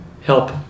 help